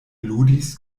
ludis